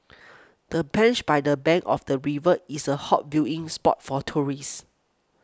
the bench by the bank of the river is a hot viewing spot for tourists